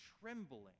trembling